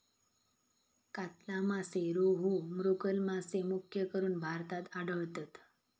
कातला मासे, रोहू, मृगल मासे मुख्यकरून भारतात आढळतत